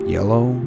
Yellow